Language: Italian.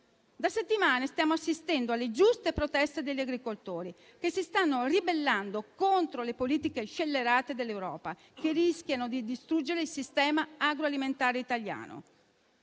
Da settimane stiamo assistendo alle giuste proteste degli agricoltori che si stanno ribellando contro le politiche scellerate dell'Europa che rischiano di distruggere il sistema agroalimentare italiano.